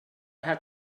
had